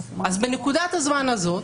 בנקודת הזמן הזאת,